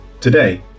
Today